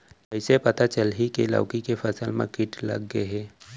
कइसे पता चलही की लौकी के फसल मा किट लग गे हे?